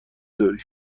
داریم